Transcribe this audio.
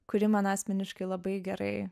kuri man asmeniškai labai gerai